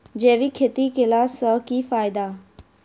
जैविक खेती केला सऽ की फायदा?